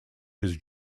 his